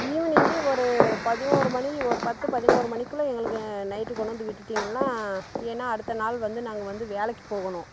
ஈவினிங்கு ஒரு பதினோரு மணி ஒரு பத்து பதினோரு மணிக்குள்ளே எங்களுக்கு நைட்டு கொண்டு வந்து விட்டுவிட்டிங்கன்னா ஏன்னா அடுத்த நாள் வந்து நாங்கள் வந்து வேலைக்கு போகணும்